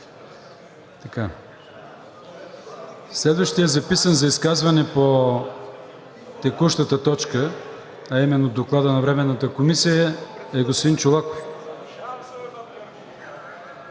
Следващият записан за изказване по текущата точка, а именно Доклада на Временната комисия, е господин Чолаков.